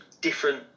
different